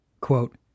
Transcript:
Quote